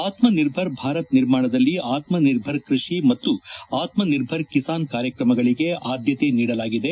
ಆತ್ಮ ನಿರ್ಭರ್ ಭಾರತ ನಿರ್ಮಾಣದಲ್ಲಿ ಆತ್ಮ ನಿರ್ಭರ್ ಕೃಷಿ ಮತ್ತು ಆತ್ಮ ನಿರ್ಭರ್ ಕಿಸಾನ್ ಕಾರ್ಯಕ್ರಮಗಳಿಗೆ ಆದ್ಲತೆ ನೀಡಲಾಗಿದೆ